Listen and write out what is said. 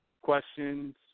questions